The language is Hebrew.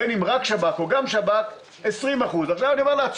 בין אם רק שב"כ או גם שב"כ 20%. זה לא נכון.